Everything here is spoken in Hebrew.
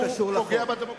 הוא פוגע בדמוקרטיה?